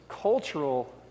Cultural